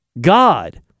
God